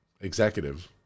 executive